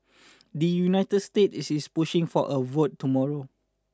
the United States is is pushing for a vote tomorrow